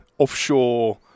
offshore